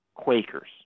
Quakers